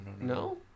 No